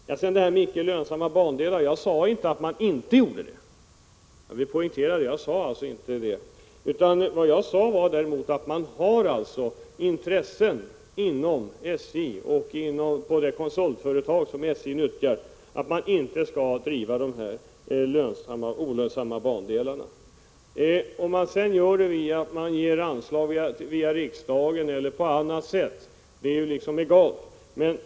Sedan till frågan om icke lönsamma bandelar. Jag sade inte att man inte gjorde någonting. Jag vill poängtera det. Vad jag däremot sade var att det inom SJ och inom det konsultföretag som SJ anlitar finns intressen som talar för att man inte skall ha olönsamma bandelar. Om man sedan ger anslag via riksdagen eller på annat sätt är egalt.